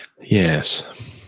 Yes